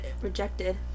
rejected